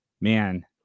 Man